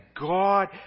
God